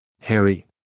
Harry